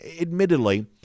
admittedly